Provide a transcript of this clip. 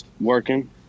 Working